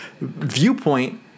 viewpoint